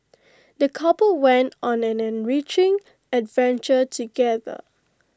the couple went on an enriching adventure together